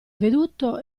veduto